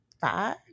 five